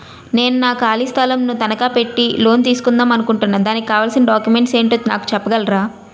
నేను నా ఖాళీ స్థలం ను తనకా పెట్టి లోన్ తీసుకుందాం అనుకుంటున్నా దానికి కావాల్సిన డాక్యుమెంట్స్ ఏంటో నాకు చెప్పగలరా?